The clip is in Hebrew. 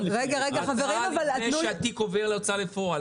התראה לפני שהתיק עובר להוצאה לפועל.